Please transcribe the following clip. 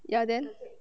ya then